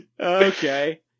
Okay